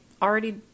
already